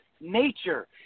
nature